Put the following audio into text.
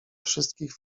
wszystkich